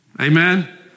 amen